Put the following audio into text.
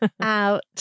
out